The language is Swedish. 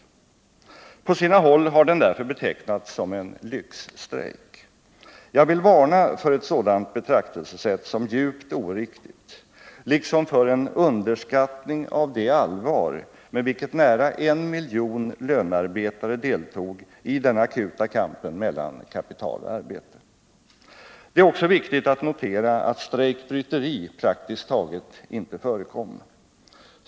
På sina håll har den därför betecknats som en lyxstrejk. Jag vill varna för ett sådant betraktelsesätt — det är djupt oriktigt — liksom för en underskattning av det allvar med vilket nära en miljon lönarbetare deltog i den akuta kampen mellan kapital och arbete. Det är också viktigt att notera att strejkbryteri praktiskt taget inte förekom.